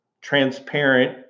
transparent